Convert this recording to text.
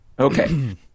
Okay